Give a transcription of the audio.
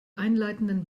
einleitenden